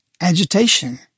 agitation